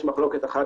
יש מחלוקת אחת,